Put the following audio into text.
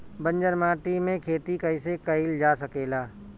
बंजर माटी में खेती कईसे कईल जा सकेला?